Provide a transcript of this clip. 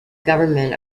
government